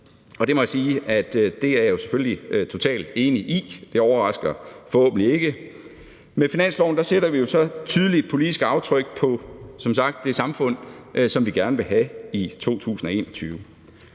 Og det må jeg sige at jeg selvfølgelig er totalt enig i. Det overrasker forhåbentlig ikke. Med finansloven sætter vi som sagt tydelige politiske aftryk på det samfund, vi gerne vil have i 2021.